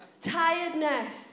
Tiredness